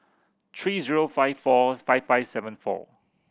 three zero five four five five seven four